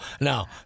Now